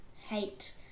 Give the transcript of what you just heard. hate